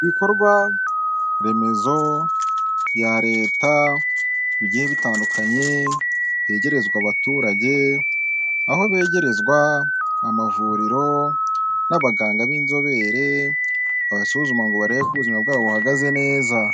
Ibikorwa remezo bya leta bigiye bitandukanye byegerezwa abaturage aho begerezwa amavuriro n'abaganga b'inzobere babasuzuma ngo barebe ubuzima bwabo buhagaze neza.